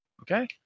Okay